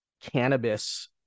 cannabis